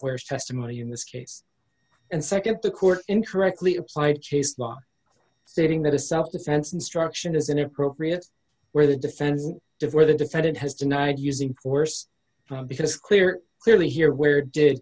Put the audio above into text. is testimony in this case and nd if the court incorrectly applied chase law stating that a self defense instruction is inappropriate where the defendant defer the defendant has denied using force because clear clearly here where did